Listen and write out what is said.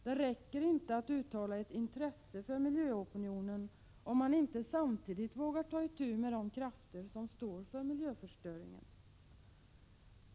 Det räcker inte med att uttala ett intresse för miljöopinionen, om man inte samtidigt vågar ta itu med de krafter som står för miljöförstöringen.